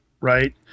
right